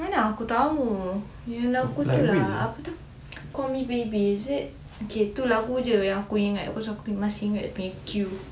mana aku tahu dia punya lagu tu lah apa tu call me baby is it K itu lagu aja yang aku ingat lepas tu aku masih ingat dia punya queue